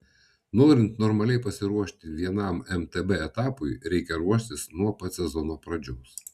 norint normaliai pasiruošti vienam mtb etapui reikia ruoštis nuo pat sezono pradžios